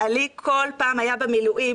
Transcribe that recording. בעלי כל פעם היה במילואים.